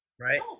Right